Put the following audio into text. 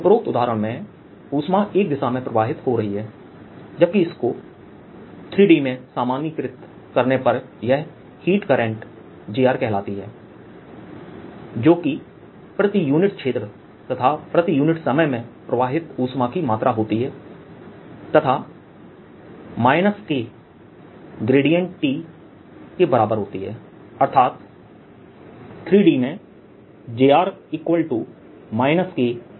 उपरोक्त उदाहरण में ऊष्मा एक दिशा में प्रवाहित हो रही है जबकि इसको 3 D में सामान्यीकृत करने पर यह हीट करंट j कहलाती है जोकि प्रति यूनिट क्षेत्र तथा प्रति यूनिट समय में प्रवाहित ऊष्मा की मात्रा होती है तथा K ∇ T के बराबर होती है अर्थात 3D में jr kT